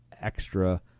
extra